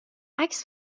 عکس